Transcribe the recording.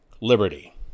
Liberty